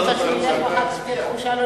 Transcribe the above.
אני לא רוצה שהוא ילך ואחר כך תהיה תחושה לא